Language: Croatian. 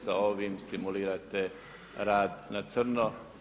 Sa ovim stimulirate rad na crno.